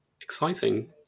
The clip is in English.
exciting